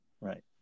Right